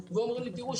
ואומרים לי: תראו,